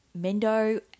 Mendo